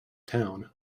town